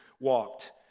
walked